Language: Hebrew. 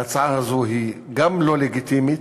ההצעה הזאת, היא גם לא לגיטימית,